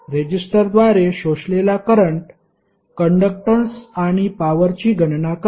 रेजिस्टरद्वारे शोषलेला current conductance आणि पॉवरची गणना करा